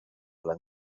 dla